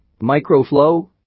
Microflow